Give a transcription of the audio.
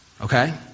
okay